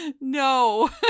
no